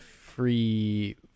free